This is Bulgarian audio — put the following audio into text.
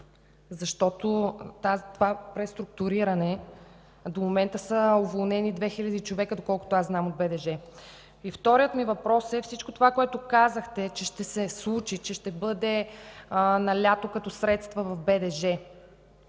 защото при това преструктуриране от БДЖ до момента са уволнени 2000 човека, доколкото аз знам? И вторият ми въпрос е: по всичко това, което казахте, че ще се случи, че ще бъдат налети средства в БДЖ,